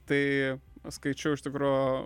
tai skaičiau iš tikro